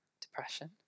Depression